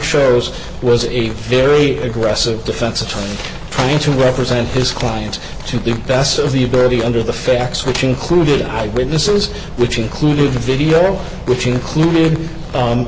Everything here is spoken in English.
shows was a very aggressive defense attorney trying to represent his client to the best of the ability under the facts which included eye witnesses which includes a video which included